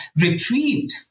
retrieved